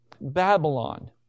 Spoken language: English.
Babylon